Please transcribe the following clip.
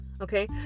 Okay